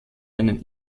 einen